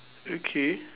okay